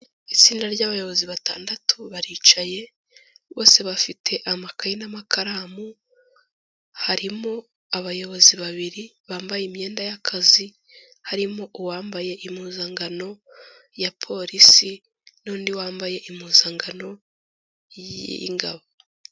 Itsinda ry'abayobozi batandatu baricaye, bose bafite amakaye n'amakaramu, harimo abayobozi babiri bambaye imyenda y'akazi, harimo uwambaye impuzankano ya polisi n'undi wambaye impuzankano y'ingabo.